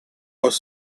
was